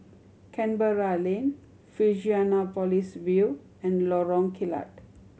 Canberra Lane Fusionopolis View and Lorong Kilat